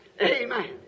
Amen